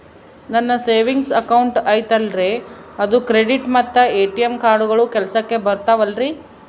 ನನ್ನ savings account ಐತಲ್ರೇ ಅದು ಕ್ರೆಡಿಟ್ ಮತ್ತ ಎ.ಟಿ.ಎಂ ಕಾರ್ಡುಗಳು ಕೆಲಸಕ್ಕೆ ಬರುತ್ತಾವಲ್ರಿ?